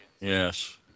Yes